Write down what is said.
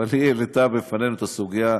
אבל היא העלתה לפנינו את הסוגיה הירושלמית,